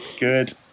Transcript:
Good